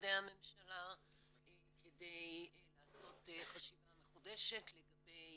משרדי הממשלה כדי לעשות חשיבה מחודשת לגבי